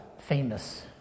famous